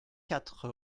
quatre